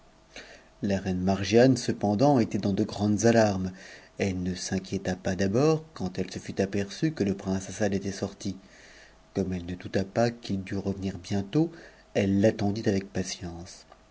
la reine margiane cependant était dans de grandes alarmes elle lie s'inquiéta pas d'abord quand elle se fut aperçu que le prince assad était sorti comme elle ne douta pas qu'il ne dût revenir bientôt elle t'attendit avec patience